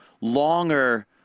longer